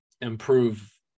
improve